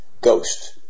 Ghost